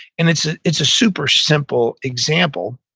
and it's ah it's a super simple example,